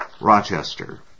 Rochester